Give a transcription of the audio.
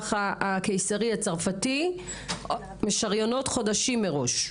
הקיסרי הצרפתי משריינות מספיק זמן מראש.